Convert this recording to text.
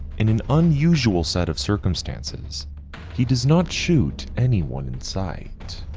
in an unusual set of circumstances he does not shoot anyone in sight.